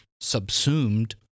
subsumed